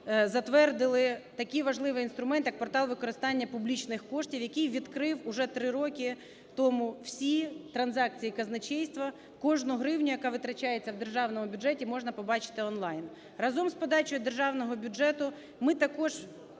і затвердили такий важливий інструмент, як портал використання публічних коштів, який відкрив уже три роки тому всі транзакції казначейства. Кожну гривню, яка витрачається у державному бюджеті, можна побачити онлайн. Разом з подачею Державного бюджету ми також